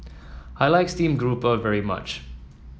I like Steamed Garoupa very much